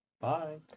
bye